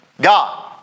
God